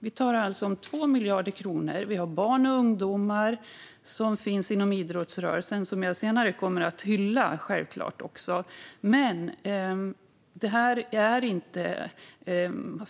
Vi talar alltså om 2 miljarder kronor, och vi har barn och unga som finns inom idrottsrörelsen. Den kommer jag senare självfallet också att hylla, men det är inte relevant.